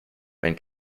wenn